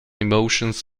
emotions